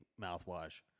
mouthwash